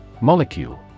Molecule